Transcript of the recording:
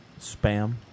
Spam